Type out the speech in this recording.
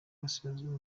burasirazuba